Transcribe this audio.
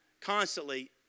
constantly